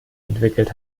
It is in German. entwickelt